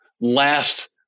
last